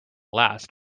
last